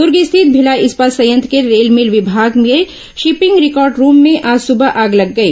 दुर्ग स्थित भिलाई इस्पात संयंत्र के रेल भिल विभाग के शिपिंग रिकॉर्ड रूम में आज सुबह आग लग गई